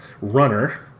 runner